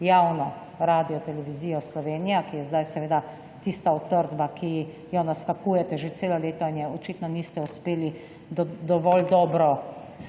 javno Radiotelevizijo Slovenija, ki je zdaj seveda tista utrdba, ki jo naskakujete že celo leto in si je očitno niste uspeli dovolj dobro